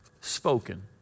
spoken